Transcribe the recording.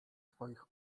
twoich